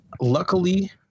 luckily